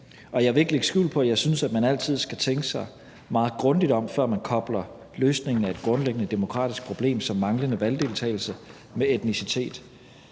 på, at jeg synes, at man altid skal tænke sig meget grundigt om, før man kobler løsningen af et grundlæggende demokratisk problem som manglende valgdeltagelse med etnicitet.